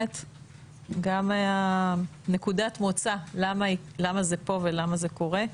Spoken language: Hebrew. גם נקודת המוצא למה זה פה ולמה זה קורה.